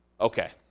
okay